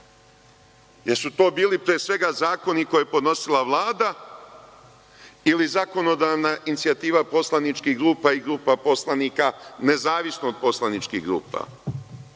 su to bili, pre svega zakoni koje je podnosila Vlada ili zakonodavna inicijativa poslaničkih grupa i grupa poslanika, nezavisno od poslaničkih grupa?